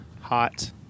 hot